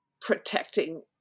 protecting